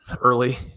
early